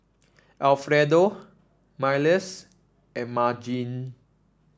Alfredo Myles and Margene